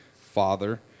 Father